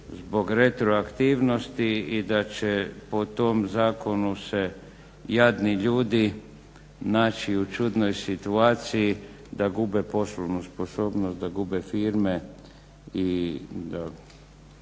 zbog retroaktivnosti i da će po tom zakonu se jadni ljudi naći u čudnoj situaciji da gube poslovnu sposobnost, da gube firme i da